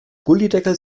gullydeckel